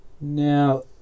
Now